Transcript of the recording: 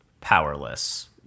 powerless